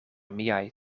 miaj